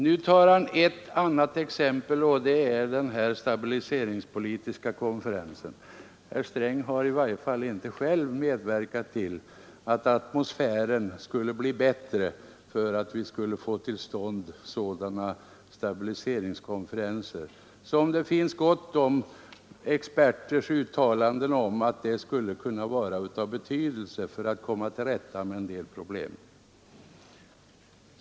Nu tar han ett annat exempel: den stabiliseringspolitiska konferensen. Herr Sträng har i varje fall inte själv medverkat till en bättre atmosfär för att få till stånd sådana stabiliseringskonferenser, om vilka det finns gott om expertuttalanden att de skulle vara av betydelse när det gäller att komma till rätta med en del problem.